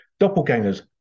Doppelgangers